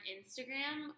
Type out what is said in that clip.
Instagram